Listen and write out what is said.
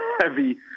heavy